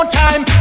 time